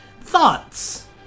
Thoughts